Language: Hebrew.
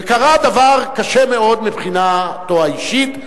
וקרה דבר קשה מאוד מבחינתו האישית,